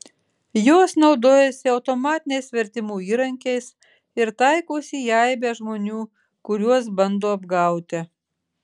jos naudojasi automatiniais vertimų įrankiais ir taikosi į aibę žmonių kuriuos bando apgauti